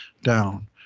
down